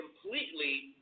completely